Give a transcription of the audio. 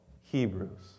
Hebrews